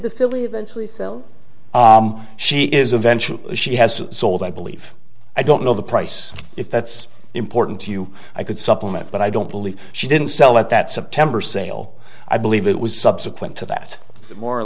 the filly eventually sell she is eventually she has sold i believe i don't know the price if that's important to you i could supplement but i don't believe she didn't sell at that september sale i believe it was subsequent to that more or